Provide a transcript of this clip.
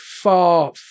far